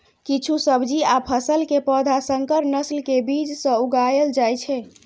किछु सब्जी आ फसल के पौधा संकर नस्ल के बीज सं उगाएल जाइ छै